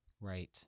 right